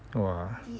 !wah!